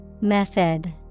Method